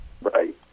Right